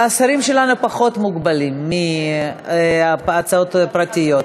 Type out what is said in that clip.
השרים שלנו פחות מוגבלים מהצעות פרטיות.